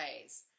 ways